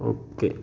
okay